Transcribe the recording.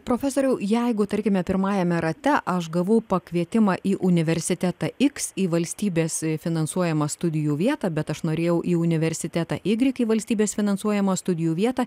profesoriau jeigu tarkime pirmajame rate aš gavau pakvietimą į universitetą iks į valstybės finansuojamą studijų vietą bet aš norėjau į universitetą ygrik į valstybės finansuojamą studijų vietą